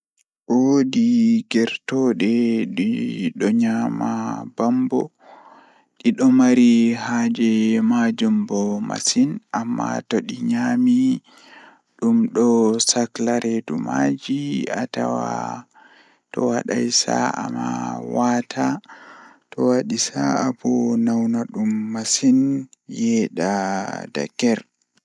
Eh ɗokam masin handi naftira be ndabbawa Ko feewi e waɗtude goɗɗe tawa e jeyaaɗe? Ko oon feewi, tawa woɗɓe ummora ɗum, ko haɓo e miijeele e haɓɓuɓe. Kono, to no ɓuri fayde e hokkunde ngoodi goɗɗi e darnde, ko oon feewi e famɗe waawɗi. E hoore mum, ɗum waɗi ko haɓɓo e laawol humɓe e dakkunde lefi ɗi na'i, tawa no woodi ɗum e sariya ndiyam tawa neɗɗo